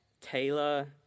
Taylor